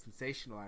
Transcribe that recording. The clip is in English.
sensationalized